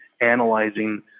analyzing